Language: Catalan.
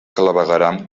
clavegueram